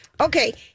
Okay